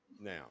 now